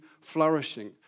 flourishing